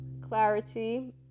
clarity